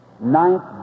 Ninth